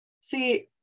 See